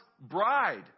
bride